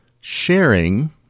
sharing